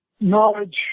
knowledge